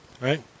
right